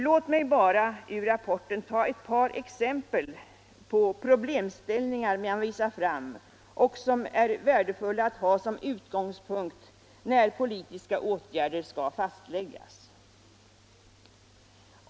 Låt mig bara ur rapporten ta ett par exempel på problemställningar som man visar fram och som är värdefulla att ha som utgångspunkt när politiska åtgärder skall fastläggas.